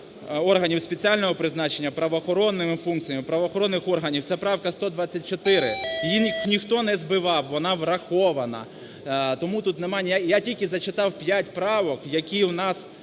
органів спеціального призначення з правоохоронними функціями, правоохоронних органів, це правка 124. Її ніхто не збивав, вона врахована, тому тут немає ніяких… Я